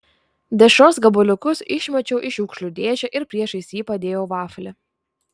dešros gabaliukus išmečiau į šiukšlių dėžę ir priešais jį padėjau vaflį